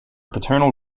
paternal